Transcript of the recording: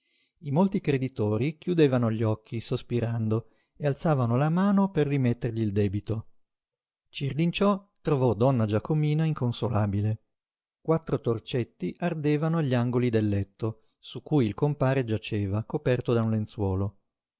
i molti creditori chiudevano gli occhi sospirando e alzavano la mano per rimettergli il debito cirlinciò trovò donna giacomina inconsolabile quattro torcetti ardevano agli angoli del letto su cui il compare giaceva coperto da un lenzuolo